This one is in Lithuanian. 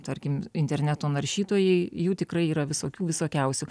tarkim interneto naršytojai jų tikrai yra visokių visokiausių